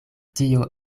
tio